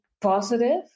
positive